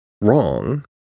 wrong